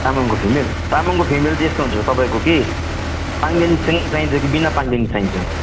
तामाङको फिमेल तामाङको फिमेल चाहिँ यस्तो हुन्छ तपाईँको कि पाङ्देन चाहिन्छ कि बिना पाङ्देनको चाहिन्छ